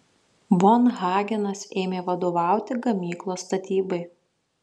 von hagenas ėmė vadovauti gamyklos statybai